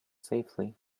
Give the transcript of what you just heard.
safely